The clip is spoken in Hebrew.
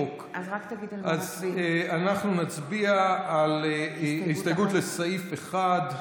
אנחנו נצביע על הסתייגות 1,